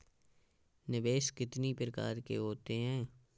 निवेश कितनी प्रकार के होते हैं?